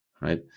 right